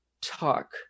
talk